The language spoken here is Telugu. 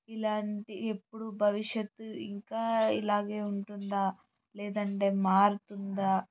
ఇలాంటి ఎప్పుడూ భవిష్యత్తు ఇంకా ఇలాగే ఉంటుందా లేదంటే మారుతుందా